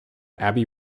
abbey